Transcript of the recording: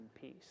peace